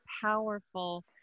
powerful